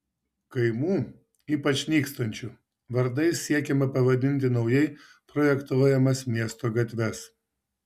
kaimų ypač nykstančių vardais siekiama pavadinti naujai projektuojamas miesto gatves